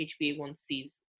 HbA1c's